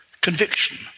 conviction